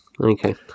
Okay